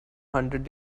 hundred